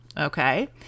Okay